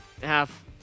half